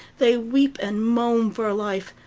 they weep and moan for life,